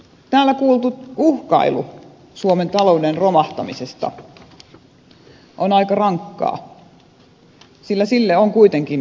täällä kuultu uhkailu suomen talouden romahtamisesta on aika rankkaa sillä sille on kuitenkin myös vaihtoehtoja